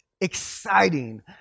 exciting